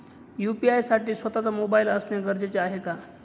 UPI साठी स्वत:चा mobile असणे गरजेचे आहे का?